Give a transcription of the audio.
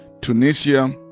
Tunisia